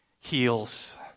heals